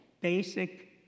basic